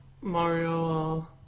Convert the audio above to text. Mario